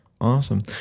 Awesome